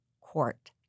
court